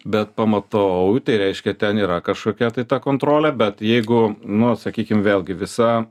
bet pamatau tai reiškia ten yra kažkokia tai ta kontrolė bet jeigu nu sakykim vėlgi visa